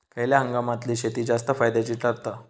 खयल्या हंगामातली शेती जास्त फायद्याची ठरता?